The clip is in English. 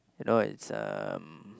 you know it's um